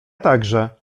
także